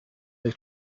they